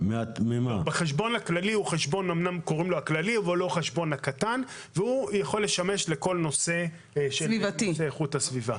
החשבון הכללי יכול לשמש לכל נושא של איכות סביבה.